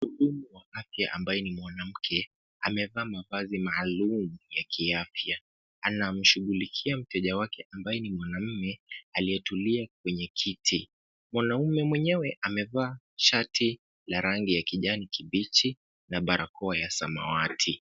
Mhudumu wa afya ambaye ni mwanamke amevaa mavazi maalum ya kiafya, anamshughulikia mteja wake ambaye ni mwanaume aliyetulia kwenye kiti. Mwanaume mwenyewe amevaa shati la rangi ya kijani kibichi na barakoa ya samawati.